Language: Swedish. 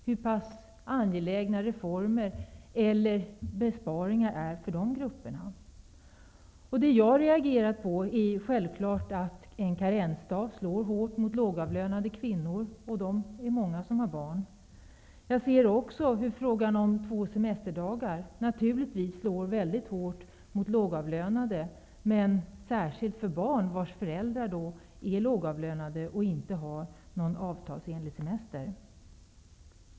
Hur pass angelägna är reformer eller besparingar för de grupperna? Det jag reagerar mot är självfallet att en karensdag slår hårt mot lågavlönade kvinnor, och av dem är det många som har barn. Jag ser också hur frågan om två semesterdagar naturligtvis slår väldigt hårt mot lågavlönade, men särskilt mot barn vars föräldrar är lågavlönade och inte har någon avtalsenlig semester.